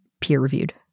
peer-reviewed